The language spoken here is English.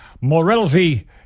morality